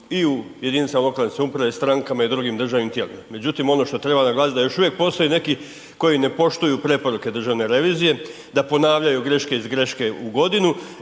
i u jedinicama lokalne samouprave, strankama i drugim državnim tijelima. Međutim, ono što treba naglasiti da još uvijek postoje neki koji ne poštuju preporuke državne revizije, da ponavljaju greške iz greške u godinu